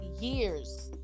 years